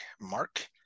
Mark